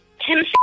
Tim